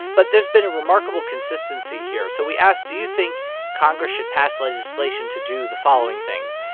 but there's been a remarkable consistency here. so we asked, do you think congress should pass legislation to do the following things?